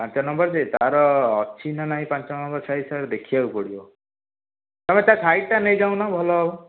ପାଞ୍ଚ ନମ୍ବର ଯେ ତାର ଅଛି ନା ନାହିଁ ପାଞ୍ଚ ନମ୍ବର ସାଇଜ୍ଟା ଦେଖିବାକୁ ପଡ଼ିବ ତମେ ତା ସାଇଡ଼୍ଟା ନେଇଯାଉନ ଭଲ ହେବ